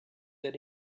that